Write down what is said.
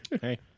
Hey